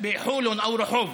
בחולון או רחובות.